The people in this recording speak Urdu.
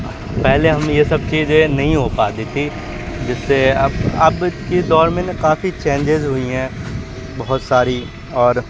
پہلے ہم یہ سب چیزیں نہیں ہو پاتی تھی جس سے اب اب کے دور میں نے کافی چینجز ہوئی ہیں بہت ساری اور